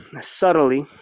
subtly